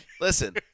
Listen